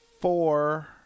four